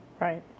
Right